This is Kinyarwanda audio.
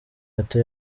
gato